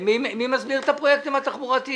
מי מסביר את הפרויקטים התחבורתיים?